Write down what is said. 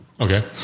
Okay